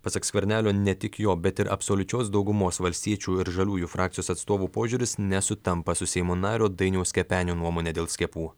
pasak skvernelio ne tik jo bet ir absoliučios daugumos valstiečių ir žaliųjų frakcijos atstovų požiūris nesutampa su seimo nario dainiaus kepenio nuomone dėl skiepų